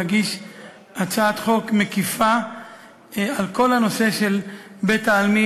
נגיש הצעת חוק מקיפה על כל הנושא של בית-העלמין.